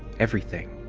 everything.